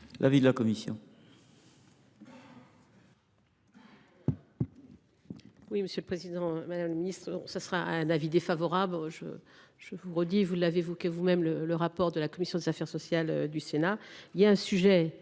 l’avis de la commission